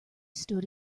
stood